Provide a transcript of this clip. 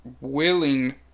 willing